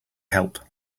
help